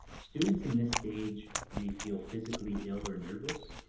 students in this stage may feel physically ill or nervous,